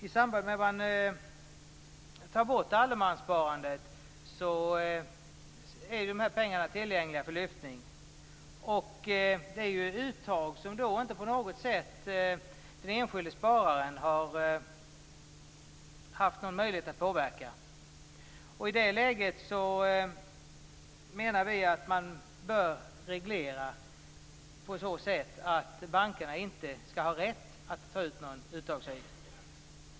I samband med att man tar bort allemanssparandet är de här pengarna tillgängliga för lyftning. Det är ju fråga om uttag som inte den enskilde spararen på något sätt har haft möjlighet att påverka. I det läget menar vi att man bör reglera på så sätt att bankerna inte skall ha rätt att ta ut någon uttagsavgift.